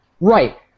Right